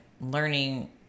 learning